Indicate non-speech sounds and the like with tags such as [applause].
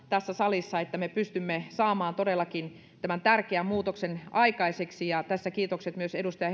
[unintelligible] tässä salissa että me pystymme saamaan todellakin tämän tärkeän muutoksen aikaiseksi tässä kiitokset myös edustaja [unintelligible]